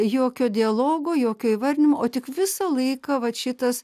jokio dialogo jokio įvardinimo o tik visą laiką vat šitas